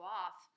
off